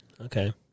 Okay